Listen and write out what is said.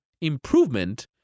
improvement